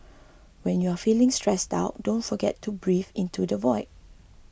when you are feeling stressed out don't forget to breathe into the void